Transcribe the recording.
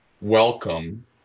welcome